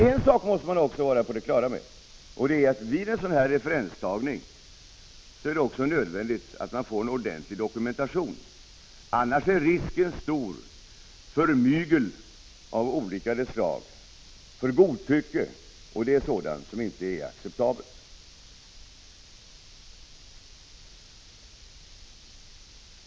En sak måste man vara på det klara med, och det är att det vid en sådan här referenstagning är nödvändigt att man får en ordentlig dokumentation, annars är risken stor för mygel av olika slag och godtycke, och det är inte acceptabelt.